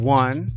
one